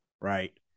right